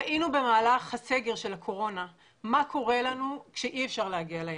ראינו במהלך הסגר בקורונה מה קורה לנו כשאי אפשר להגיע לים.